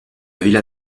villa